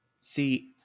See